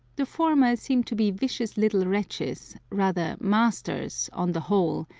the former seem to be vicious little wretches, rather masters, on the whole,